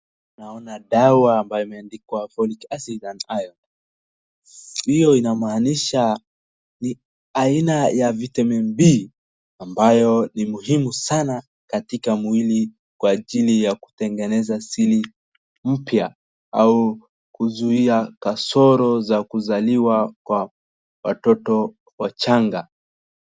Naona dawa ambayo imeandikwa folic acid and iron . Hiyo inamaanisha ni aina ya vitamin B ambayo ni muhimu sana katika mwili kwa ajili ya kutengeneza seli mpya au kuzuia kasoro za kuzaliwa kwa watoto wachanga.